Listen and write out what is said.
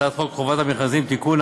הצעת חוק חובת המכרזים (תיקון,